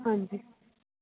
ਹਾਂਜੀ